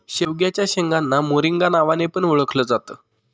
शेवग्याच्या शेंगांना मोरिंगा नावाने पण ओळखल जात